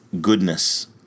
goodness